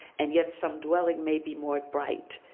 and yet some dwelling may be more bright,